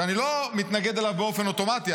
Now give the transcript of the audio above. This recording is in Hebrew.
שאני לא מתנגד לו באופן אוטומטי.